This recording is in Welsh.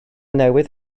newydd